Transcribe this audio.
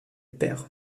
père